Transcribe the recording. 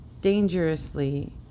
dangerously